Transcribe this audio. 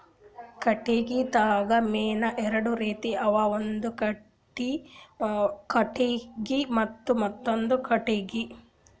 ಕಟ್ಟಿಗಿದಾಗ್ ಮೇನ್ ಎರಡು ರೀತಿ ಅವ ಒಂದ್ ಗಟ್ಟಿ ಕಟ್ಟಿಗಿ ಮತ್ತ್ ಮೆತ್ತಾಂದು ಕಟ್ಟಿಗಿ